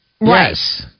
Yes